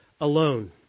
alone